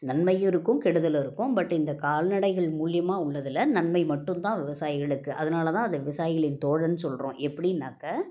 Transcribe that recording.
நன்மையும் இருக்கும் கெடுதலும் இருக்கும் பட் இந்த கால்நடைகள் மூலியமாக உள்ளதில் நன்மை மட்டும் தான் விவசாயிகளுக்கு அதனால தான் அது விவசாயிகளின் தோழன்னு சொல்லுறோம் எப்படின்னாக்கா